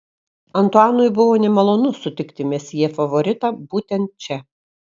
antuanui buvo nemalonu sutikti mesjė favoritą būtent čia